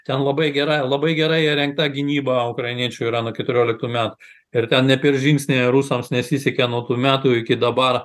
ten labai gera labai gera įrengta gynyba ukrainiečių yra nuo keturioliktų metų ir ten nė per žingsnį rusams nesisekė nuo tų metų iki dabar